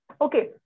Okay